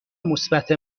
مثبت